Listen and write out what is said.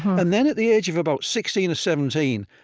and then, at the age of about sixteen or seventeen,